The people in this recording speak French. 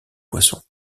poissons